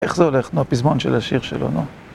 איך זה הולך, נו, הפזמון של השיר שלנו?